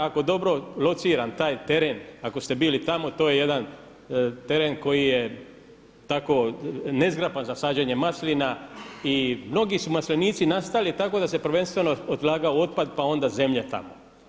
Ako dobro lociram taj teren, ako ste bili tamo to je jedan teren koji je tako nezgrapan za sađenje maslina i mnogi su maslinici nastali tako da se prvenstveno odlagao otpad pa onda zemlja tamo.